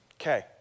Okay